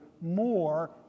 more